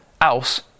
else